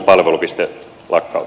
vastaus on